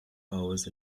powers